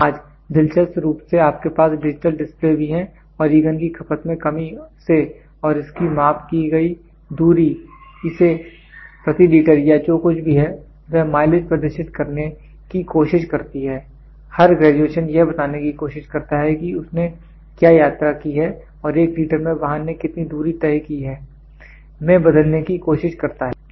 आज दिलचस्प रूप से आपके पास डिजिटल डिस्प्ले भी हैं और ईंधन की खपत में कमी से और इसकी माप की गई दूरी इसे प्रति लीटर या जो कुछ भी है वह माइलेज प्रदर्शित करने की कोशिश करती है हर ग्रेजुएशन यह बताने की कोशिश करता है कि उसने क्या यात्रा की है और 1 लीटर में वाहन ने कितनी दूरी तय की है में बदलने की कोशिश करता है